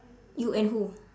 you and who